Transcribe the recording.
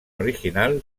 original